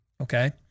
okay